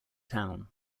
town